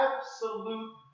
absolute